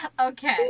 Okay